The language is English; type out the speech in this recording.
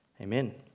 Amen